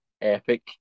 epic